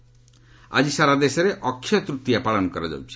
ଅକ୍ଷୟ ତୂତୀୟା ଆକି ସାରା ଦେଶରେ ଅକ୍ଷୟ ତୂତୀୟା ପାଳନ କରାଯାଉଛି